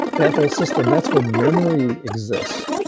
that whole system, that's where memory exists.